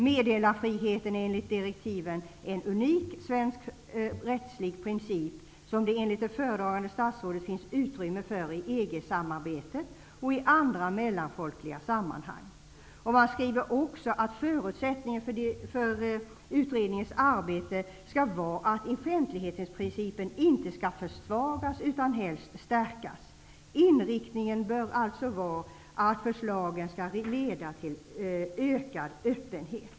- Meddelarfriheten är enligt direktiven en unik svensk, rättslig princip som det enligt det föredragande statsrådet finns utrymme för i EG-samarbetet och i andra mellanfolkliga sammanhang.'' Utskottet skriver också att en förutsättning för utredningens arbete skall vara att offentlighetsprincipen inte skall försvagas utan helst stärkas. Inriktningen bör alltså vara att förslagen skall leda till ökad öppenhet.